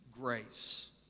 grace